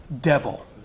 devil